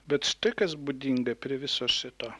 bet štai kas būdinga prie viso šito